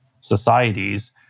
societies